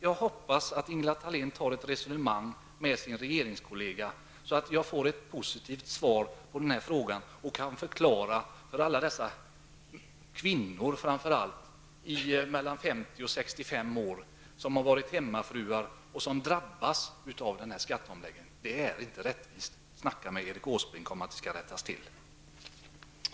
Jag hoppas också att Ingela Thalén för ett resonemang med sin regeringskollega så att jag får ett positivt svar på min fråga. Därmed kan jag ge en förklaring till framför allt kvinnor mellan 50 och 65 år som har varit hemmafruar och som på ett negativt sätt drabbas av skatteomläggningen. Situationen för dem är inte rättvis. Tag ett samtal med Erik Åsbrink och se till att den rättas till, Ingela Thalén!